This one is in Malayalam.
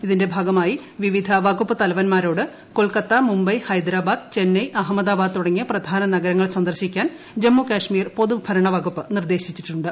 ഇതിന്റെ ഭാഗമായി വിവിധ വകുപ്പ് തലവന്മാരോട് കൊൽക്കത്ത മുംബൈ ഹൈദ്രാബാദ് ചെന്നൈ അഹമ്മദാ ബാദ് തുടങ്ങിയ പ്രധാന നഗരങ്ങൾ സന്ദർശിക്കാൻ ജമ്മുകാശ്മീർ പൊതുഭരണ വകുപ്പ് നിർദ്ദേശിച്ചിട്ടുണ്ട്